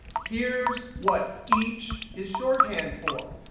here's what each is shorthand for.